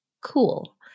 Cool